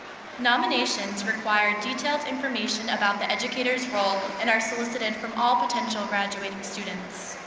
nominations require detailed information about the educator's role and are solicited from all potential graduating students.